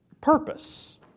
purpose